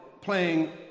playing